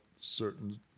certain